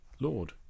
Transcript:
Lord